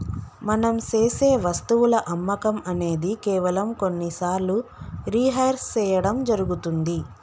మనం సేసె వస్తువుల అమ్మకం అనేది కేవలం కొన్ని సార్లు రిహైర్ సేయడం జరుగుతుంది